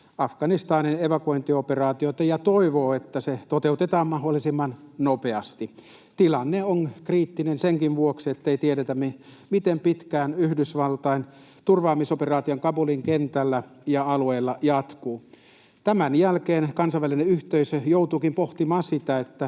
Afganistanin evakuointioperaatiota ja toivovat, että se toteutetaan mahdollisimman nopeasti. Tilanne on kriittinen senkin vuoksi, ettei tiedetä, miten pitkään Yhdysvaltain turvaamisoperaatio Kabulin kentällä ja alueella jatkuu. Tämän jälkeen kansainvälinen yhteisö joutuukin pohtimaan sitä, miten